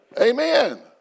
Amen